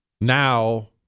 Now